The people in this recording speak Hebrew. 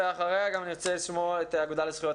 ואחריה גם נרצה לשמוע את האגודה לזכויות